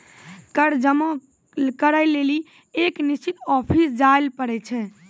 कर जमा करै लेली एक निश्चित ऑफिस जाय ल पड़ै छै